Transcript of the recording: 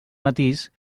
matís